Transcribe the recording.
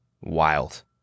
Wild